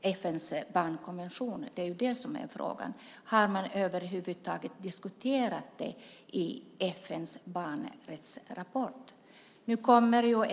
FN:s barnkonvention? Det är ju det som är frågan. Har man över huvud taget diskuterat det i FN:s barnrättsrapport?